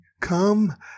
Come